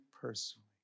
personally